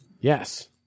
Yes